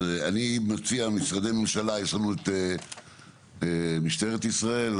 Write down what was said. אני מציע, משרדי ממשלה, יש לנו את משטרת ישראל,